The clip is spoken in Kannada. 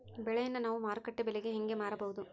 ಬೆಳೆಯನ್ನ ನಾವು ಮಾರುಕಟ್ಟೆ ಬೆಲೆಗೆ ಹೆಂಗೆ ಮಾರಬಹುದು?